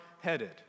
headed